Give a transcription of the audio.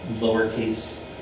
lowercase